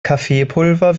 kaffeepulver